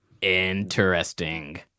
interesting